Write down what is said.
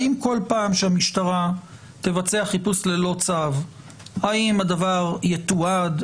האם כל פעם שהמשטרה תבצע חיפוש ללא צו הדבר יתועד?